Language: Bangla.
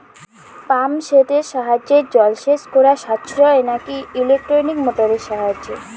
পাম্প সেটের সাহায্যে জলসেচ করা সাশ্রয় নাকি ইলেকট্রনিক মোটরের সাহায্যে?